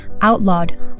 outlawed